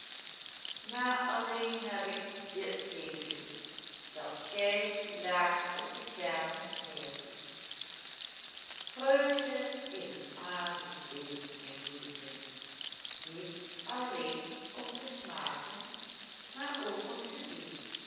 neerziet vreugde is een aardig ding mijn goede vriend niet alleen om te smaken maar ook om te zien